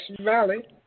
Valley